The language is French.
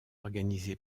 organisé